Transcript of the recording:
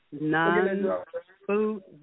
non-food